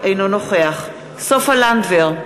אינו נוכח סופה לנדבר,